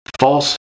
false